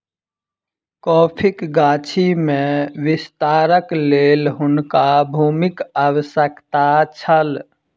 कॉफ़ीक गाछी में विस्तारक लेल हुनका भूमिक आवश्यकता छल